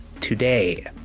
today